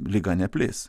liga neplis